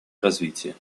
развития